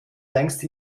längst